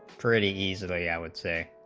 for a visa yeah i would say